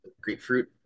grapefruit